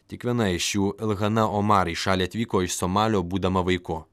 tik viena iš jų el hana somar į šalį atvyko iš somalio būdama vaiku